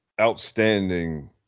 Outstanding